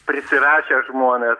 prisirašę žmonės